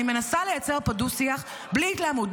אני מנסה לייצר פה דו-שיח בלי התלהמות.